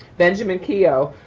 benjamin keough,